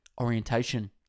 orientation